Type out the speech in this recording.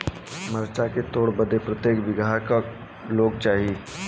मरचा के तोड़ बदे प्रत्येक बिगहा क लोग चाहिए?